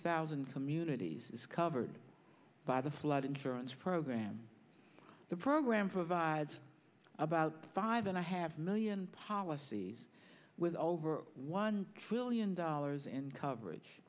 thousand communities is covered by the flood insurance program the program for vides about five and a half million policies with over one trillion dollars in coverage